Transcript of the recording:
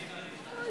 אני אתך, אני אתך.